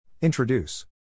Introduce